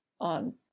on